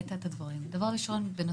ההסדר הזה.